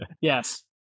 Yes